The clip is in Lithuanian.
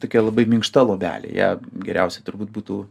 tokia labai minkšta luobelė ją geriausia turbūt būtų